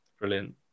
brilliant